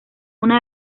una